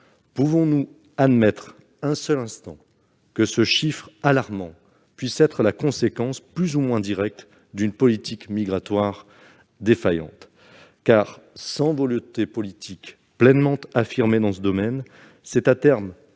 Pouvons-nous admettre un seul instant que ce chiffre alarmant puisse être la conséquence, plus ou moins directe, d'une politique migratoire défaillante ? Sans volonté politique pleinement affirmée dans ce domaine, c'est à terme